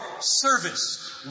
service